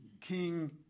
king